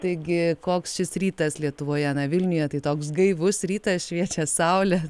taigi koks šis rytas lietuvoje vilniuje tai toks gaivus rytas šviečia saulė